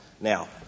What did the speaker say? Now